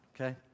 okay